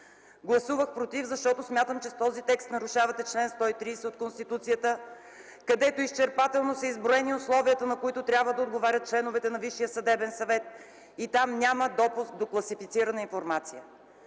Гласувах „против”, защото смятам, че с този текст нарушавате чл. 130 от Конституцията, където изчерпателно са изброени условията, на които трябва да отговарят членовете на Висшия съдебен съвет и там няма допуск до класифицирана информация.